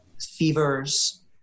fevers